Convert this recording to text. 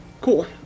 cool